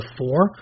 four